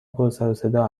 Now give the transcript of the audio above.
پرسروصدا